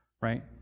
right